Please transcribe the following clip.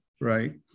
right